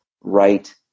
right